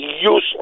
useless